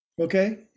Okay